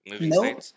No